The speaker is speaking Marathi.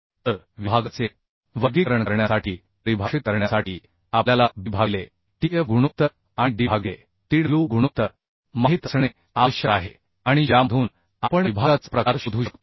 तर विभागाचे वर्गीकरण करण्यासाठी परिभाषित करण्यासाठी आपल्याला b भागिले tf गुणोत्तर आणि d भागिले tw गुणोत्तर माहित असणे आवश्यक आहे आणि ज्यामधून आपण विभागाचा प्रकार शोधू शकतो